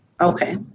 Okay